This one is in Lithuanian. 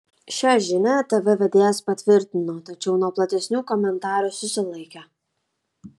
šią žinią tv vedėjas patvirtino tačiau nuo platesnių komentarų susilaikė